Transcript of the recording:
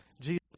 Jesus